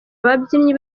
ababyinnyi